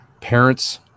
parents